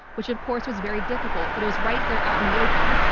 which of course was very difficult, but it was right there out in the open.